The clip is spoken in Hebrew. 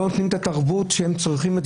לא נותנים להן לקיים את התרבות שהן צריכות,